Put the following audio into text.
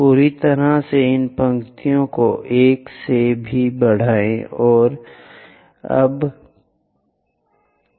पूरी तरह से इन पंक्तियों को 1 से भी बढ़ाएं ओह अब और नहीं